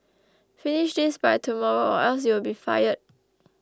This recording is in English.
finish this by tomorrow or else you'll be fired